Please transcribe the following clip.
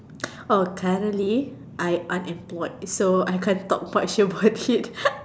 oh currently I am unemployed so I can't talk much about it